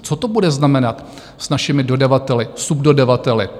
Co to bude znamenat... s našimi dodavateli, subdodavateli?